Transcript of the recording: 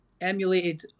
emulated